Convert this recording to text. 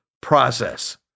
process